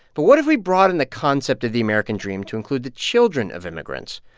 but what if we broadened the concept of the american dream to include the children of immigrants?